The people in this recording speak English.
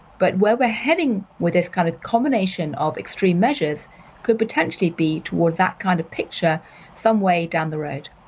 but where we're heading with this kind of combination of extreme measures could potentially be towards that kind of picture some way down the road.